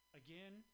again